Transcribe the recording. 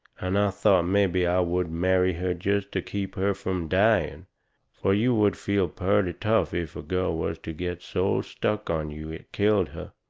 and thought mebby i would marry her jest to keep her from dying. fur you would feel purty tough if a girl was to get so stuck on you it killed her.